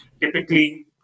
typically